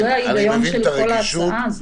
זה ההיגיון של כל ההצעה הזו.